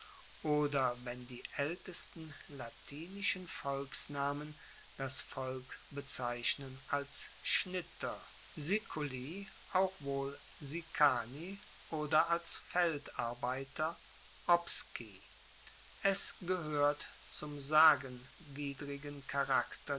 oder wenn die aeltesten latinischen volksnamen das volk bezeichnen als schnitter siculi auch wohl sicani oder als feldarbeiter opsci es gehoert zum sagenwidrigen charakter